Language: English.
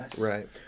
Right